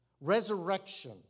Resurrection